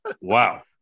Wow